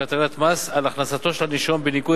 של הטלת מס על הכנסתו של הנישום בניכוי